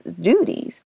duties